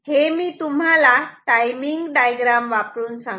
हे मी तुम्हाला टाइमिंग डायग्राम वापरून सांगतो